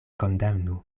kondamnu